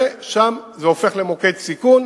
ושם זה הופך למוקד סיכון,